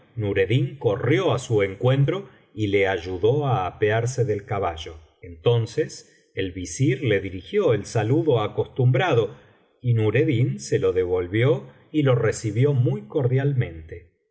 nureddin corrió á su encuentro y le ayudó á apearse del caballo entonces el visir le dirigió el saludo acostumbrado y nureddin se lo devolvió y lo recibió muy cordialmente